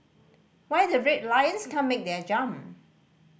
why the Red Lions can't make their jump